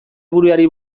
buruari